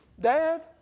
Dad